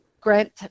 Grant